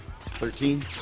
Thirteen